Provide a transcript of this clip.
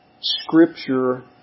Scripture